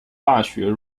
大学